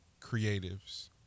creatives